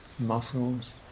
muscles